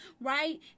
right